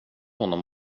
honom